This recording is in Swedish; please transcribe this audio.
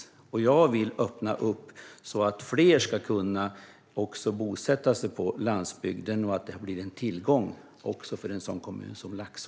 Jag vill öppna upp så att fler ska kunna bosätta sig på landsbygden och så att detta blir en tillgång också för en kommun som Laxå.